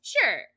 sure